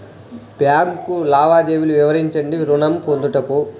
Bank లావాదేవీలు వివరించండి ఋణము పొందుటకు?